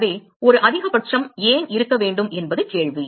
எனவே ஒரு அதிகபட்சம் ஏன் இருக்க வேண்டும் என்பது கேள்வி